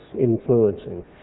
influencing